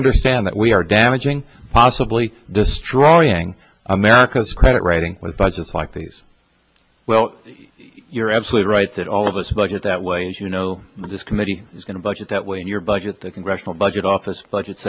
understand that we are damaging possibly destroying america's credit rating with budgets like these well you're absolutely right that all of us budget that way and you know this committee is going to budget that when your budget the congressional budget office budgets